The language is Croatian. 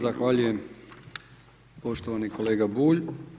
Zahvaljujem poštovani kolega Bulj.